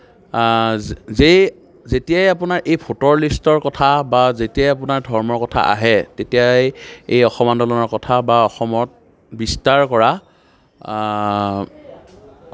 এতিয়া যে যেতিয়াই আপোনাৰ এই ভোটৰ লিষ্টৰ কথা বা যেতিয়াই আপোনাৰ ধৰ্মৰ কথা আহে তেতিয়াই এই অসম আন্দোলনৰ কথা বা অসমত বিস্তাৰ কৰা